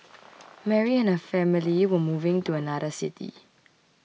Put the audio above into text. Mary and her family were moving to another city